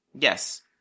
Yes